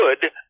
good